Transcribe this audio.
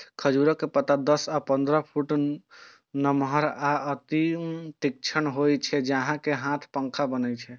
खजूरक पत्ता दस सं पंद्रह फुट नमहर आ अति तीक्ष्ण होइ छै, जाहि सं हाथ पंखा बनै छै